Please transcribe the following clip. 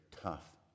tough